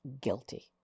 guilty